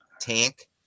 tank